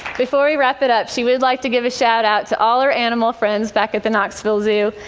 before we wrap it up, she would like to give a shout out to all our animal friends back at the knoxville zoo.